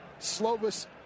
Slovis